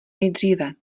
nejdříve